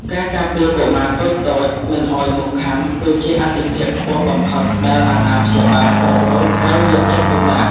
ការការពារកុមារតូចៗមិនឱ្យមូសខាំគឺជាអាទិភាពខ្ពស់បំផុតដែលអាណាព្យាបាលគ្រប់រូបត្រូវយកចិត្តទុកដាក់។